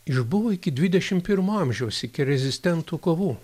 išbuvo iki dvidešim pirmo amžiaus iki rezistentų kovų